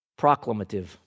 Proclamative